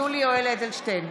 (קוראת בשמות חברי הכנסת) יולי יואל אדלשטיין,